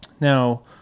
Now